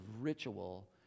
ritual